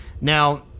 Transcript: now